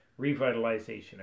revitalization